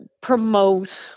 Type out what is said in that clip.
promote